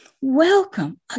Welcome